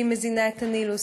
שהיא המזינה את הנילוס.